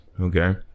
Okay